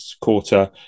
quarter